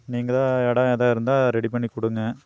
நீங்கள் தான் இடம் எதாது இருந்தால் ரெடி பண்ணிக் கொடுங்க